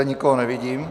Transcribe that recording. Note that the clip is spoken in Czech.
Nikoho nevidím.